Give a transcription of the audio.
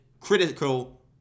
critical